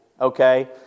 okay